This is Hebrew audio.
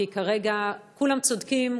כי כרגע כולם צודקים,